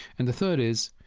and the third is,